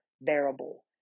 bearable